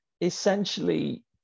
essentially